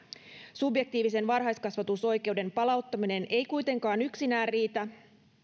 subjektiivisen varhaiskasvatusoikeuden palauttaminen ei kuitenkaan yksinään riitä